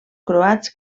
croats